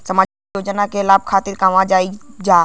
सामाजिक योजना के लाभ खातिर कहवा जाई जा?